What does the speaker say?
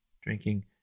drinking